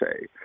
say